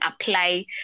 apply